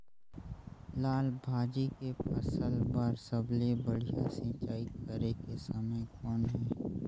लाल भाजी के फसल बर सबले बढ़िया सिंचाई करे के समय कौन हे?